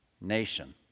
nation